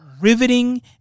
riveting